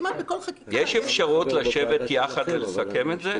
יש אפשרות לשבת יחד ולסכם את זה?